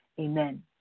Amen